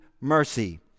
mercy